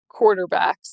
quarterbacks